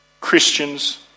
Christians